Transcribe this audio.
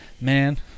Man